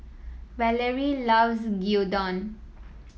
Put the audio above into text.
Valarie loves Gyudon